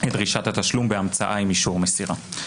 דרישת התשלום בהמצאה עם אישור מסירה.